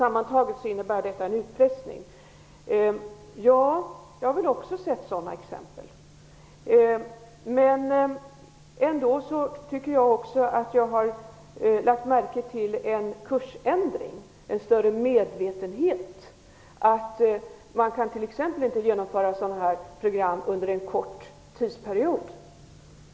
Jag har också sett exempel på det, men jag tycker att jag har lagt märke till en kursändring och en större medvetenhet t.ex. om att man inte kan genomföra sådana här program under en kort tidsperiod.